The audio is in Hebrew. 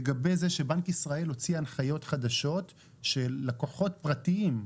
לגבי זה שבנק ישראל הוציא הנחיות חדשות שלקוחות פרטיים,